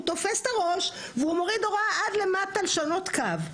הוא תופס את הראש ומוריד הוראה עד למטה לשנות קו.